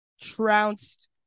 trounced